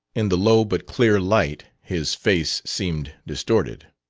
in the low but clear light his face seemed distorted.